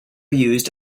used